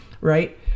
Right